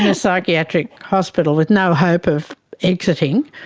ah psychiatric hospital with no hope of exiting,